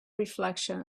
reflection